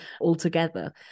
altogether